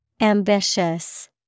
Ambitious